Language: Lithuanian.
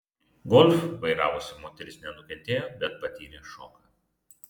golf vairavusi moteris nenukentėjo bet patyrė šoką